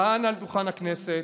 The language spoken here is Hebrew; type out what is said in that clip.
כאן, על דוכן הכנסת,